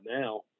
now